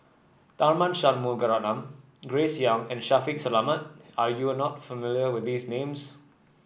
Tharman Shanmugaratnam Grace Young and Shaffiq Selamat are you not familiar with these names